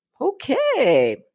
Okay